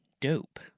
dope